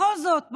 בכל זאת,